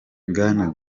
bwana